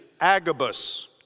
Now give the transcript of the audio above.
Agabus